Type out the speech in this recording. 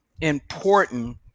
important